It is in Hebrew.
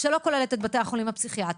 שלא כוללת את בתי החולים הפסיכיאטריים,